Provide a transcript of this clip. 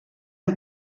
han